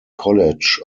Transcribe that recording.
college